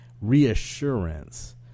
reassurance